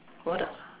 what